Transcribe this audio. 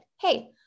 hey